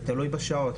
זה תלוי בשעות,